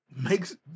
makes